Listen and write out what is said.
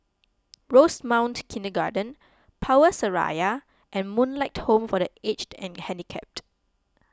Rosemount Kindergarten Power Seraya and Moonlight Home for the Aged and Handicapped